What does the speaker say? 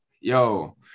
Yo